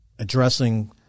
addressing